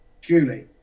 Julie